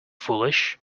foolish